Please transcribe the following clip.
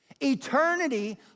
Eternity